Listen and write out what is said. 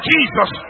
Jesus